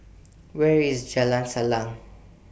Where IS Jalan Salang